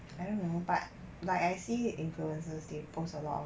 I don't know but like I see influencers they post a lot